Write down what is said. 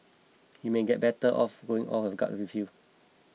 he may get better off going with his gut feel